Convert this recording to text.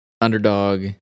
underdog